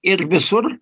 ir visur